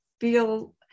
feel